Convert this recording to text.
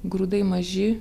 grūdai maži